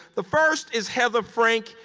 the first is heather frank,